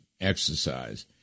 exercise